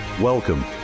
Welcome